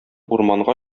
урманга